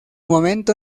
momento